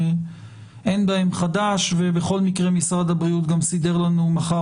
אין בהם חדש ובכל מקרה משרד הבריאות גם סידר לנו מחר